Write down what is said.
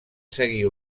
seguir